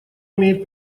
имеет